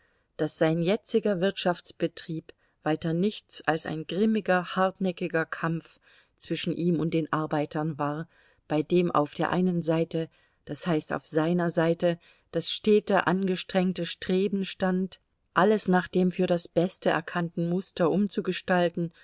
daß sein jetziger wirtschaftsbetrieb weiter nichts als ein grimmiger hartnäckiger kampf zwischen ihm und den arbeitern war bei dem auf der einen seite das heißt auf seiner seite das stete angestrengte streben stand alles nach dem für das beste erkannten muster umzugestalten